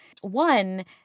one